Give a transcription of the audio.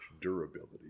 durability